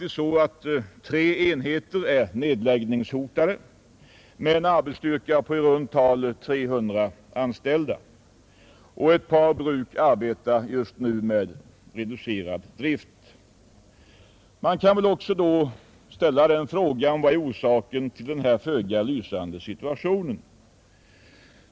Tre enheter är nedläggningshotade med en arbetsstyrka på cirka 300 anställda. Ett par bruk arbetar just nu med reducerad drift. Vad är orsaken till denna föga lysande situation?